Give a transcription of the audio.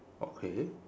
okay